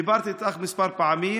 דיברתי איתך כמה פעמים.